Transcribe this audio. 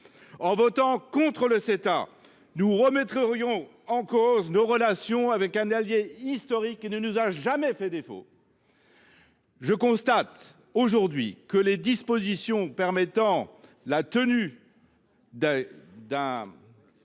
En votant contre le Ceta, nous remettrions en cause nos relations avec un allié historique qui ne nous a jamais fait défaut. Je constate aujourd’hui que les conditions permettant la tenue d’un